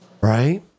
right